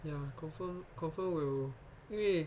ya confirm confirm will 因为